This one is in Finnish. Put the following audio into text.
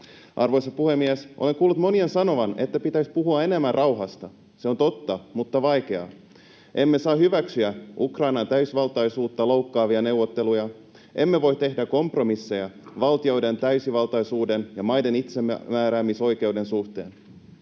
Arvoisa puhemies! Olen kuullut monien sanovan, että pitäisi puhua enemmän rauhasta. Se on totta, mutta vaikeaa. Emme saa hyväksyä Ukrainan täysivaltaisuutta loukkaavia neuvotteluja, emme voi tehdä kompromisseja valtioiden täysivaltaisuuden ja maiden itsemääräämisoikeuden suhteen.